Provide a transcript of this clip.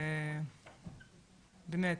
באמת,